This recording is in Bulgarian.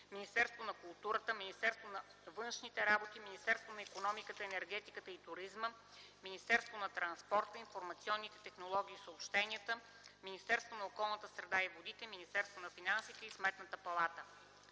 Министерството на културата, Министерството на външните работи, Министерството на икономиката, енергетиката и туризма, Министерството на транспорта, информационните технологии и съобщенията, Министерството на околната среда и водите, Министерството на финансите и Сметната палата.